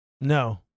No